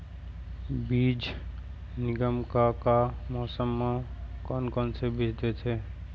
बीज निगम का का मौसम मा, कौन कौन से बीज देथे?